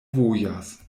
vojas